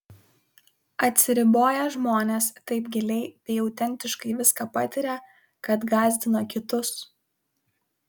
atsiriboję žmonės taip giliai bei autentiškai viską patiria kad gąsdina kitus